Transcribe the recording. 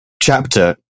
chapter